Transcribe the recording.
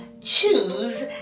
choose